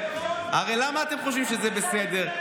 למה אתם חושבים שזה בסדר?